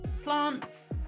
plants